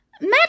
Matt